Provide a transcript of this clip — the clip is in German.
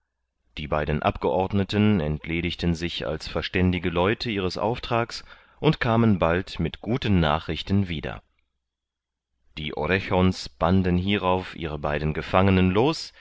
die beiden abgeordneten entledigten sich als verständige leute ihres auftrags und kamen bald mit guten nachrichten wieder die orechon's banden hierauf ihre beiden gefangenen los